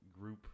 group